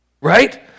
right